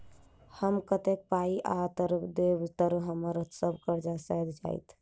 हम कतेक पाई आ दऽ देब तऽ हम्मर सब कर्जा सैध जाइत?